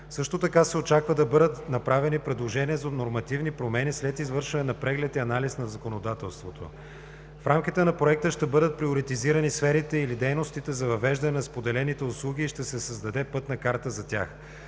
Също така се очаква да бъдат направени предложения за нормативни промени след извършване на преглед и анализ на законодателството. В рамките на Проекта ще бъдат приоритизирани сферите и/или дейностите за въвеждане на споделените услуги и ще се създаде пътна карта за тях.